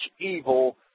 evil